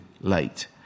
late